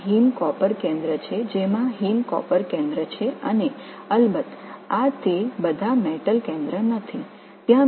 இவை heme copper மையங்களைக் கொண்ட ஹீம் காப்பர் மையங்கள் மற்றும் நிச்சயமாக இது உலோக மையம் அல்ல